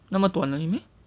那么短而已 meh